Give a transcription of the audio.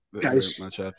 guys